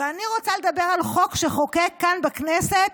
אני רוצה לדבר על חוק שחוקק כאן בכנסת